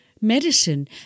medicine